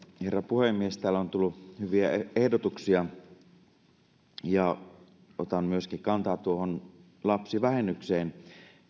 herra puhemies täällä on tullut hyviä ehdotuksia otan myöskin kantaa tuohon lapsivähennykseen